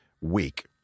week